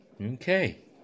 Okay